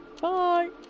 Bye